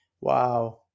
Wow